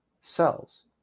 cells